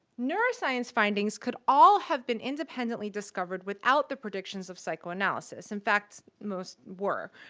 neuroscience findings could all have been independently discovered without the predictions of psychoanalysis. in fact, most were.